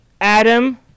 Adam